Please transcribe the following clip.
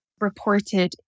reported